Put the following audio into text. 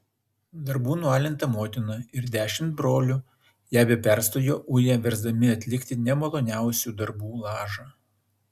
darbų nualinta motina ir dešimt brolių ją be perstojo uja versdami atlikti nemaloniausių darbų lažą